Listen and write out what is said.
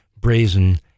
brazen